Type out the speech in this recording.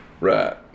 Right